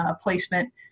placement